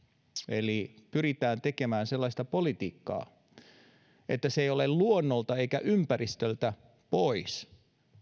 eli pyritään tekemään sellaista politiikkaa että se ei ole luonnolta eikä ympäristöltä pois